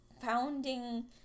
founding